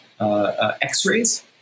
x-rays